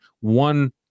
one